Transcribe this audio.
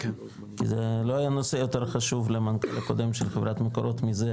כי לא היה נושא יותר חשוב למנכ"ל הקודם של חברת מקורות מזה,